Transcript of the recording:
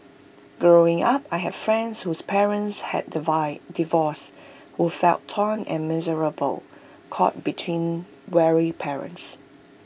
growing up I had friends whose parents had divide divorced who felt torn and miserable caught between warring parents